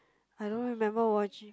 I don't remember watching